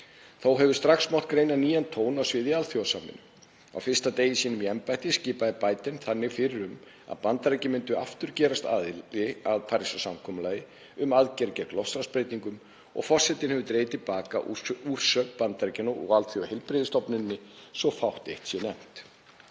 Þó hefur strax mátt greina nýjan tón á sviði alþjóðasamvinnu. Á fyrsta degi sínum í embætti skipaði Biden þannig fyrir um að Bandaríkjamenn myndu aftur gerast aðilar að Parísarsamkomulaginu um aðgerðir gegn loftslagsbreytingum og forsetinn hefur dregið til baka úrsögn Bandaríkjanna úr Alþjóðaheilbrigðisstofnuninni, svo fátt eitt sé nefnt.